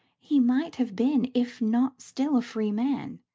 he might have been, if not still a free man,